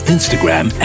Instagram